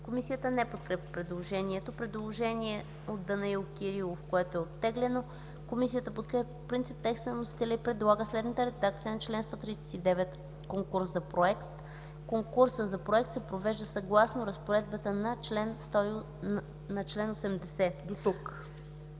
Комисията не подкрепя предложението. Предложение от Данаил Кирилов, което е оттеглено. Комисията подкрепя по принцип текста на вносителя и предлага следната редакция на чл. 139: „Конкурс за проект Чл. 139. Конкурсът за проект се провежда съгласно разпоредбата на чл. 80.”